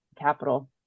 capital